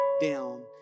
down